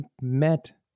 met